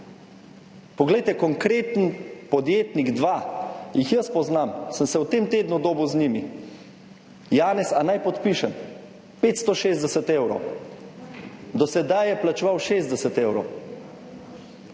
Poglejte, konkreten podjetnik, dva jih jaz poznam, sem se v tem tednu dobil z njimi: Janez, a naj podpišem, 560 evrov? Do sedaj je plačeval 60 evrov.